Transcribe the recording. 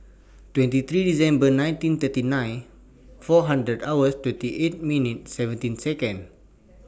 twenty three December nineteen thirty nine four hundred hours twenty eight minutes seventeen Second